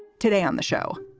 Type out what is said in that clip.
today on the show,